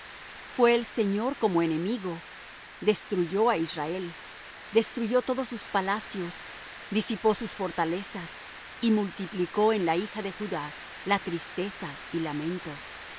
fué el señor como enemigo destruyó a israel destruyó todos sus palacios disipó sus fortalezas y multiplicó en la hija de judá la tristeza y lamento